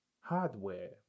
hardware